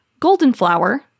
Goldenflower